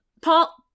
Paul